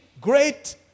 great